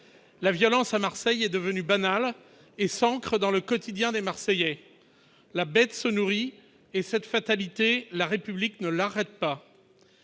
la violence à Marseille est devenue banale et s'ancre dans le quotidien des Marseillais la bête se nourrit, et cette fatalité la république ne l'arrête pas